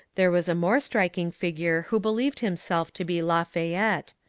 there was a more striking figure who believed himself to be lafayette.